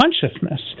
consciousness